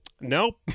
nope